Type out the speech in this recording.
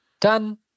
Done